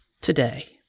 Today